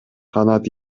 канат